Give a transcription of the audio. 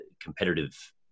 competitive